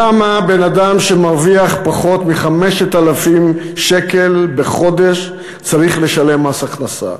למה בן-אדם שמרוויח פחות מ-5,000 שקל בחודש צריך לשלם מס הכנסה?